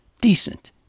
decent